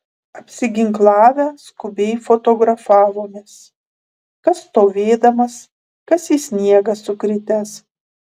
apsiginklavę skubiai fotografavomės kas stovėdamas kas į sniegą sukritęs